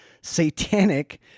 satanic